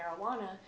marijuana